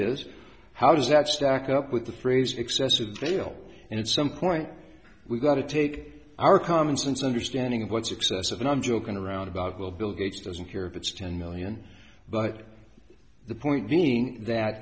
is how does that stack up with the phrase excessive bail and some point we've got to take our common sense understanding of what success and i'm joking around about will bill gates doesn't care if it's ten million but the point being that